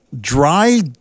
dry